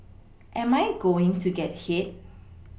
am I going to get hit